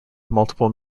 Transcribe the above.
multiple